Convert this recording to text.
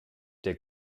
der